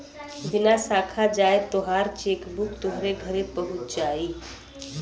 बिना साखा जाए तोहार चेकबुक तोहरे घरे पहुच जाई